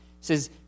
says